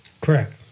Correct